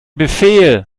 befehl